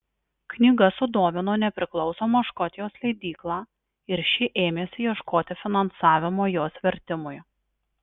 knyga sudomino nepriklausomą škotijos leidyklą ir ši ėmėsi ieškoti finansavimo jos vertimui